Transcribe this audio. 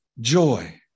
joy